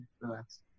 relax